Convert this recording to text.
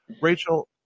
Rachel